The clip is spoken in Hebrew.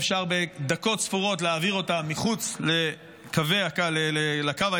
אפשר בדקות ספורות להעביר אותם מחוץ לקו הירוק,